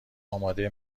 آماده